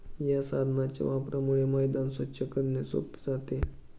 या साधनाच्या वापरामुळे मैदान स्वच्छ करणे सोपे जाते